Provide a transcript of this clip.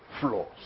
flaws